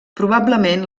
probablement